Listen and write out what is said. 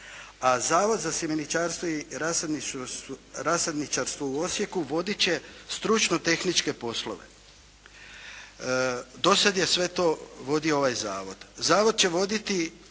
A Zavod za sjemeničarstvo i rasadničarstvo u Osijeku vodit će stručno tehničke poslove. Do sada je sve to vodio ovaj zavod. Zavod će voditi